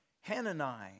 Hanani